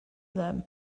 them